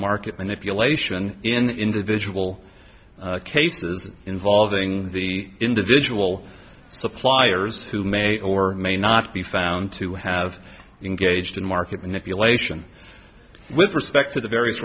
market manipulation in individual cases involving the individual suppliers who may or may not be found to have engaged in market manipulation with respect to the various